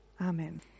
Amen